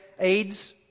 AIDS